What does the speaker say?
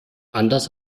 anders